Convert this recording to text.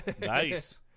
Nice